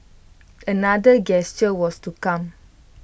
another gesture was to come